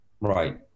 right